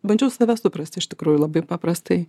bandžiau save suprasti iš tikrųjų labai paprastai